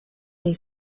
tej